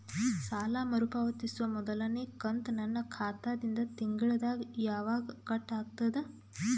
ಸಾಲಾ ಮರು ಪಾವತಿಸುವ ಮೊದಲನೇ ಕಂತ ನನ್ನ ಖಾತಾ ದಿಂದ ತಿಂಗಳದಾಗ ಯವಾಗ ಕಟ್ ಆಗತದ?